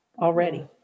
already